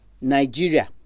Nigeria